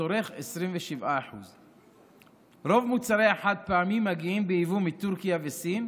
צורך 27%. רוב מוצרי החד-פעמי מגיעים בייבוא מטורקיה וסין.